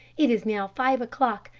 it is now five o'clock.